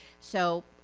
so,